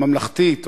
ממלכתית,